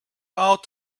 out